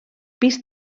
pis